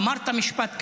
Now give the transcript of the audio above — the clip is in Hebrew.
אמרת משפט כזה: